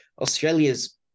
Australia's